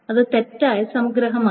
അത് തെറ്റായ സംഗ്രഹമാണ്